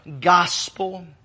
Gospel